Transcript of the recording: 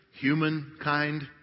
humankind